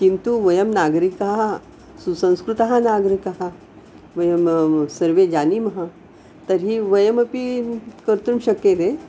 किन्तु वयं नागरीकाः सुसंस्कृतः नागरीकः वयं सर्वे जानीमः तर्हि वयमपि कर्तुं शक्यते